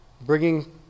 bringing